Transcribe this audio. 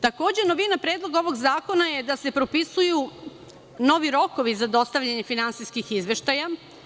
Takođe, novina predloga ovog zakona je da se propisuju novi rokovi za dostavljanje finansijskih izveštaja.